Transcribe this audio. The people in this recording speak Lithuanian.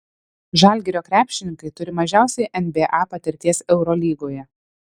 žalgirio krepšininkai turi mažiausiai nba patirties eurolygoje